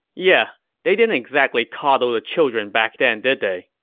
yeah they didn't exactly coddle the children back then, did they?